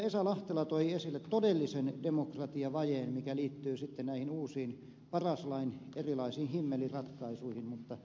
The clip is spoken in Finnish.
esa lahtela toi esille todellisen demokratiavajeen mikä liittyy sitten näihin uusiin paras lain erilaisiin himmeliratkaisuihin mutta